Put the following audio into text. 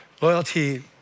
Loyalty